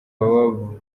baba